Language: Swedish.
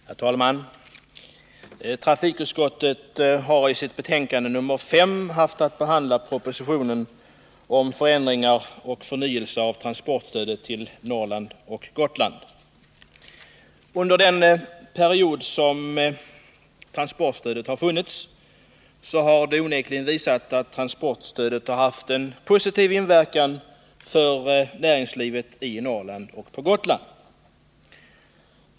Herr talman! Trafikutskottet behandlar i sitt betänkande nr 5 propositionen om förändringar och förnyelse av transportstödet till Norrland och Gotland. Under den period som transportstödet funnits har det onekligen visat sig att stödet haft en positiv inverkan på näringslivet i Norrland och på Gotland.